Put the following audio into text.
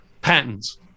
patents